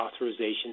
authorization